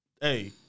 hey